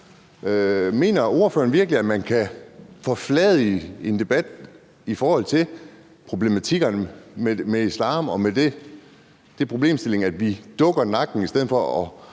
Mener ordføreren virkelig, at man kan forfladige en debat i forhold til problematikkerne med islam og den problemstilling, at vi dukker nakken i stedet for at